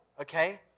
okay